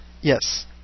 Yes